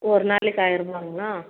ஒரு நாளைக்கு ஆயிருபாங்ளா